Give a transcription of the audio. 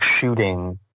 shooting